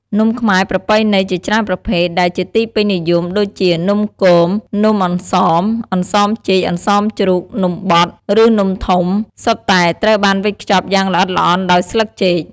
នំខ្មែរប្រពៃណីជាច្រើនប្រភេទដែលជាទីពេញនិយម ដូចជា នំគម នំអន្សម (អន្សមចេក អន្សមជ្រូក) នំបត់ ឬនំធំ សុទ្ធតែត្រូវបានវេចខ្ចប់យ៉ាងល្អិតល្អន់ដោយស្លឹកចេក។